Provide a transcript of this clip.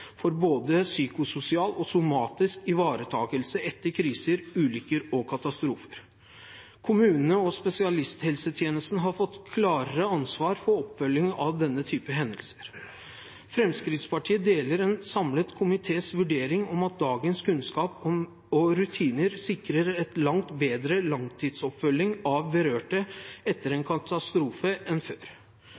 for både psykososial og somatisk ivaretakelse etter kriser, ulykker og katastrofer. Kommunene og spesialisthelsetjenesten har fått klarere ansvar for oppfølging av denne type hendelser. Fremskrittspartiet deler en samlet komités vurdering om at dagens kunnskap og rutiner sikrer en langt bedre langtidsoppfølging av berørte etter en katastrofe, enn før.